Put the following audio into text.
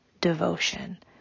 devotion